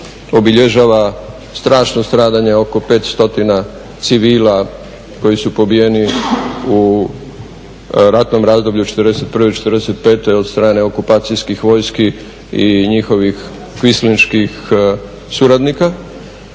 obilježava strašno stradanje oko 500 civila koji su pobijeni u ratnom razdoblju '41.-'45. od strane okupacijskih vojski i njihovih … suradnika.